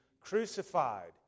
crucified